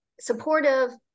Supportive